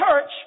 Church